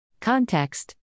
Context